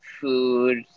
food